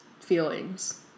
feelings